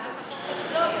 הצעת החוק הזאת,